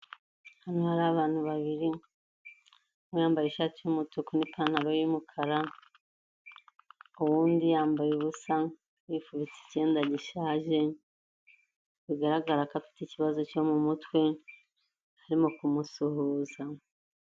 Hano hari abantu babiri, umwe yambaye ishati y'umutuku n'ipantaro y'umukara, undi yambaye ubusa, yifubitse icyenda gishaje bigaragara ko afite ikibazo cyo mu mutwe, arimo kumusuhuza.